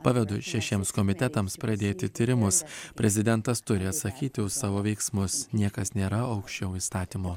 pavedu šešiems komitetams pradėti tyrimus prezidentas turi atsakyti už savo veiksmus niekas nėra aukščiau įstatymo